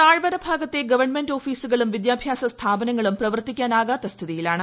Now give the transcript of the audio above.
താഴ്വരഭാഗത്തെ government ഓഫീസുകളും വിദ്യാഭ്യാസ സ്ഥാപനങ്ങളും പ്രവർത്തിക്കാനാകാത്ത സ്ഥിതിയാണ്